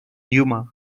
yuma